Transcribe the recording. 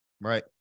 Right